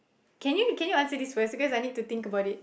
can you can you answer this first because I need to think about it